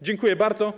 Dziękuję bardzo.